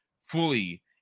fully